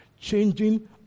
Changing